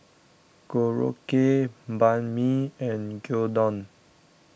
Korokke Banh Mi and Gyudon